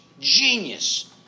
Genius